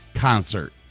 concert